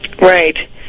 right